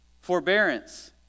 Forbearance